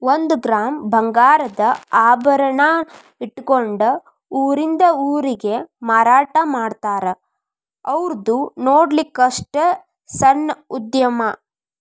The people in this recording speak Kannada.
ಒಂದ ಗ್ರಾಮ್ ಬಂಗಾರದ ಆಭರಣಾ ಇಟ್ಕೊಂಡ ಊರಿಂದ ಊರಿಗೆ ಮಾರಾಟಾಮಾಡ್ತಾರ ಔರ್ದು ನೊಡ್ಲಿಕ್ಕಸ್ಟ ಸಣ್ಣ ಉದ್ಯಮಾ